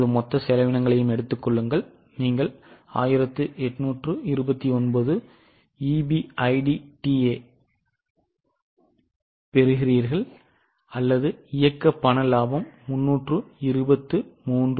இப்போது மொத்த செலவினங்களையும் எடுத்துக் கொள்ளுங்கள் நீங்கள் 1829 EBIDTAவைப் பெறுவீர்கள் அல்லது இயக்க பண லாபம் 323 ஆகும்